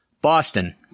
Boston